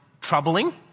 troubling